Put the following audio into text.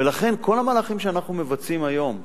ולכן, כל המהלכים שאנחנו מבצעים היום,